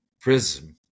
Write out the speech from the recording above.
prism